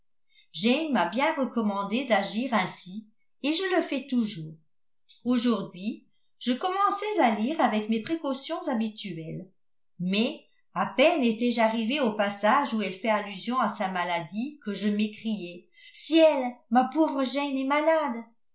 jane m'a bien recommandé d'agir ainsi et je le fais toujours aujourd'hui je commençais à lire avec mes précautions habituelles mais à peine étais-je arrivée au passage où elle fait allusion à sa maladie que je m'écriai ciel ma pauvre jane est malade